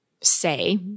say